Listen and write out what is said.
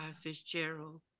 Fitzgerald